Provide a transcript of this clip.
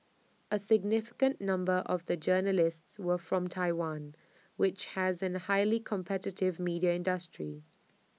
A significant number of the journalists were from Taiwan which has A highly competitive media industry